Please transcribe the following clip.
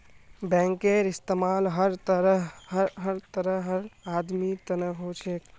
बैंकेर इस्तमाल हर तरहर आदमीर तने हो छेक